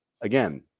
Again